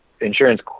insurance